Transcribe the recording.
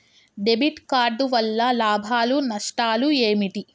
Debit card వల్ల లాభాలు నష్టాలు ఏమిటి?